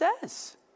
says